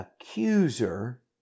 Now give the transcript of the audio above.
accuser